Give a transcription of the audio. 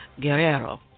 Guerrero